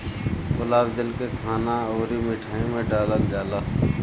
गुलाब जल के खाना अउरी मिठाई में डालल जाला